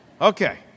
Okay